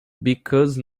because